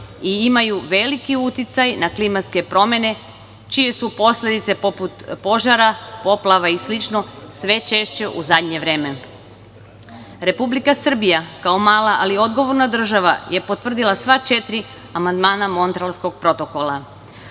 i imaju veliki uticaj na klimatske promene čije su posledice, poput požara, poplava i slično, sve češće u zadnje vreme. Republika Srbija kao mala, ali odgovorna država je potvrdila sva četiri amandmana Montrealskog protokola,